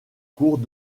cours